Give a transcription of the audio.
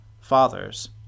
Fathers